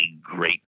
great